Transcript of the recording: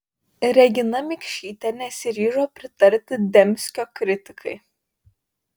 regina mikšytė nesiryžo pritarti dembskio kritikai